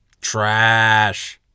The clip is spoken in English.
Trash